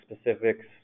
specifics